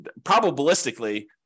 probabilistically